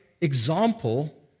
example